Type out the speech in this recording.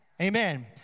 Amen